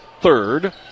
third